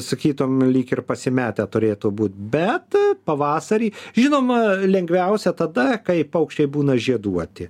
sakytum lyg ir pasimetę turėtų būt bet pavasarį žinoma lengviausia tada kai paukščiai būna žieduoti